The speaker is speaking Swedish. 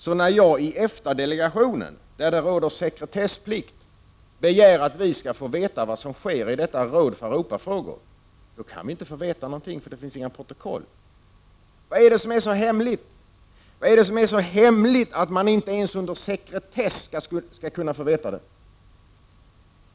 Så när jag i EFTA-delegationen, där det råder sekretessplikt, begär att vi skall få veta vad som sker i detta råd för Europafrågor kan vi inte få veta någonting, för det finns inget protokoll. Vad är det som är så hemligt, att man inte ens under sekretess skall få veta det?